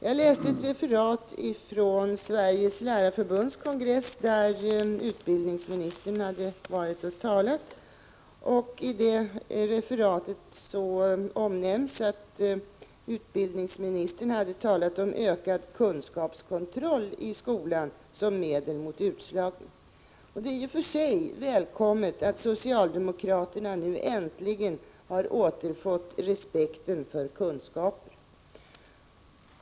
Jag läste ett referat från Sveriges lärarförbunds kongress, där utbildningsministern hade talat. I det referatet omnämns att utbildningsministern hade talat om ökad kunskapskontroll i skolan som medel mot utslagning. Det är i och för sig välkommet att socialdemokraterna nu äntligen har återfått respekten för kunskapen.